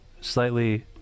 slightly